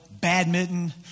badminton